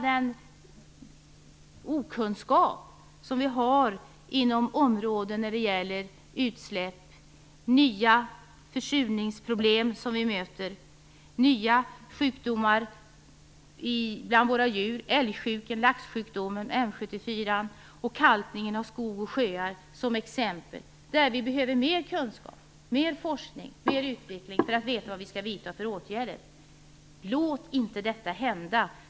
Det finns mycket okunskap när det gäller utsläpp, nya försurningsproblem som vi möter, nya sjukdomar bland våra djur - älgsjukan, laxsjukdomen M 74:an och kalkningen av skog och sjöar, t.ex. Vi behöver mer kunskap, mer forskning och mer utveckling för att veta vilka åtgärder vi skall vidta. Låt inte detta hända!